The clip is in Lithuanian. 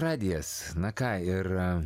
radijas na ką ir